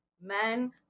men